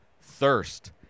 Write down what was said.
Thirst